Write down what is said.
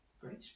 Great